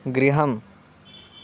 गृहम्